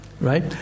right